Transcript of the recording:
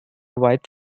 white